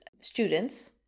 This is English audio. students